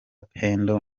pendo